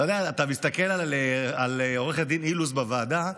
אתה מסתכל על עו"ד אילוז בוועדה,